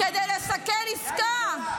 כדי לסכל עסקה.